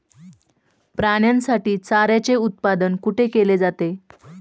प्राण्यांसाठी चाऱ्याचे उत्पादन कुठे केले जाते?